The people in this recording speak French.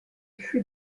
fut